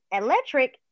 electric